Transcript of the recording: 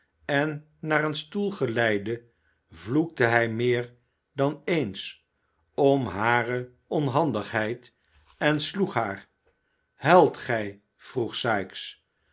en naar een stoel geleidde vloekte hij meer dan eens om hare onhandigheid en sloeg haar huilt gij vroeg sikes